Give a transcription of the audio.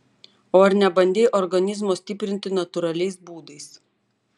o ar nebandei organizmo stiprinti natūraliais būdais